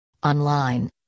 Online